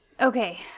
Okay